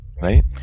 right